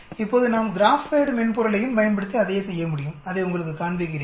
இப்போது நாம் GraphPad மென்பொருளையும் பயன்படுத்தி அதையே செய்ய முடியும் அதை உங்களுக்குக் காண்பிக்கிறேன்